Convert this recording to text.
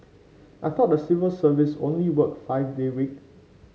I thought the civil service only work five day week